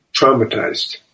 traumatized